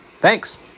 Thanks